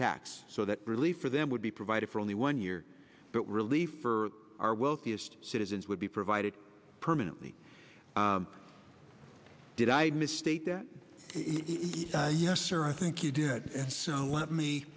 tax so that relief for them would be provided for only one year but relief for our wealthiest citizens would be provided permanently did i misstate that yes sir i think you do so let me